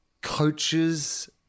coaches